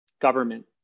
government